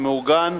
שמעוגן